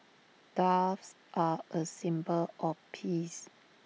doves are A symbol of peace